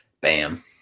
bam